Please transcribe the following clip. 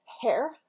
Hair